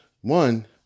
one